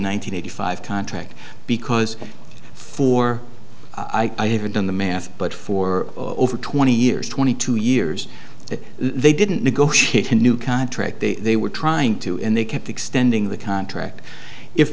hundred five contract because for i haven't done the math but for over twenty years twenty two years that they didn't negotiate a new contract they were trying to and they kept extending the contract if